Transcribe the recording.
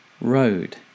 road